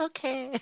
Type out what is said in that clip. Okay